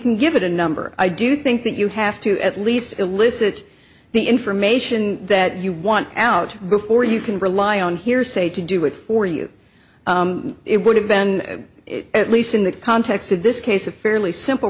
can give it a number i do think that you have to at least elicit the information that you want out before you can rely on hearsay to do it for you it would have been at least in the context of this case a fairly simple